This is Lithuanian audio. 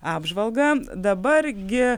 apžvalga dabar gi